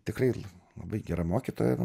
tikrai labai gera mokytoja